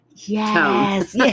Yes